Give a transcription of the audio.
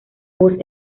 voz